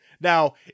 Now